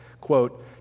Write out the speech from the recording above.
quote